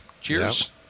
Cheers